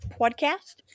podcast